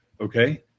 Okay